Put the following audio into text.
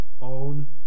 own